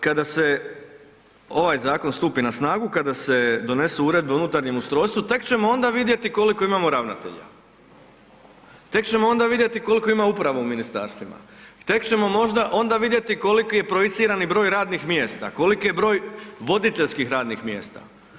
Kada se ovaj zakon stupi na snagu, kada se donesu uredbe o unutarnjem ustrojstvu, tek ćemo onda vidjeti koliko imamo ravnatelja, tek ćemo onda vidjeti koliko ima uprava u ministarstvima, tek ćemo možda onda koliki je projicirani broj radnih mjesta, koliki je broj voditeljskih radnih mjesta.